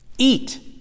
Eat